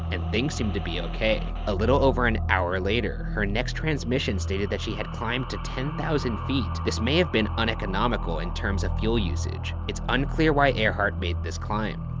and things seemed to be okay. a little over an hour later, her next transmissions stated that she had climbed to ten thousand feet. this may have been uneconomical in terms of fuel usage. it's unclear why earhart made this climb.